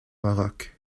maroc